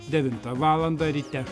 devintą valandą ryte